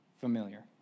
familiar